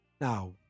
Now